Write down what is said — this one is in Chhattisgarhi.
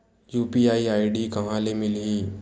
यू.पी.आई आई.डी कहां ले मिलही?